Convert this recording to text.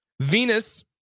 Venus